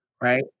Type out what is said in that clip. Right